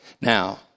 Now